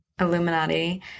Illuminati